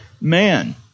man